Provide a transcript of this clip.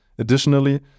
Additionally